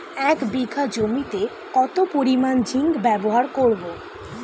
এক বিঘা জমিতে কত পরিমান জিংক ব্যবহার করব?